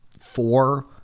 four